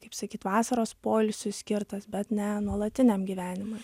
kaip sakyt vasaros poilsiui skirtas bet ne nuolatiniam gyvenimui